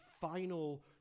final